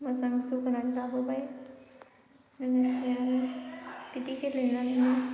मोजां जौगानानै लाबोबाय लोगोसे आरो बिदि गेलेनानैनो